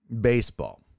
baseball